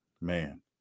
Man